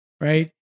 right